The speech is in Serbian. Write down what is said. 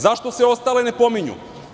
Zašto se ostale ne pominju?